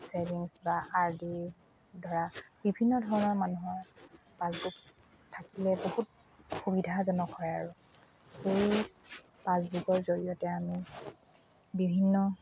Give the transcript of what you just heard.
savings বা R D ধৰা বিভিন্ন ধৰণৰ মানুহৰ পাচবুক থাকিলে বহুত সুবিধাজনক হয় আৰু সেই পাচবুকৰ জৰিয়তে আমি বিভিন্ন